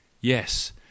Yes